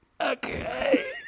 Okay